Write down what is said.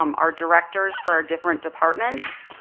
um our directors for our different departments.